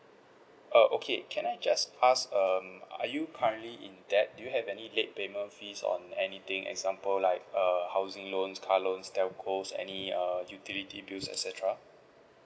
uh okay can I just ask um are you currently in debt do you have any late payment fees on anything example like err housing loans car loans telcos or any uh utility bills et cetera